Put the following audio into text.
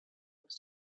was